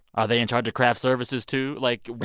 are they in charge of craft services, too? like,